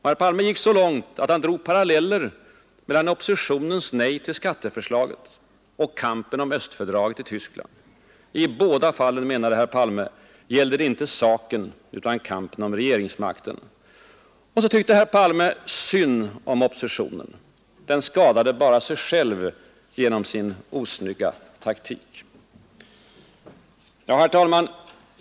Herr Palme gick så långt att han drog paralleller mellan oppositionens nej till skatteförslaget och kampen om östfördraget i Tyskland. I båda fallen, menade herr Palme, gällde det inte saken utan kampen om regeringsmakten. Och så tyckte herr Palme synd om oppositionen. Den skadade bara sig själv genom sin osnygga taktik. Ja, herr talman!